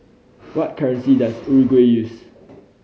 what currency does Uruguay use